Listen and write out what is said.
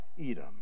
Edom